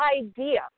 idea